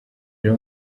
rero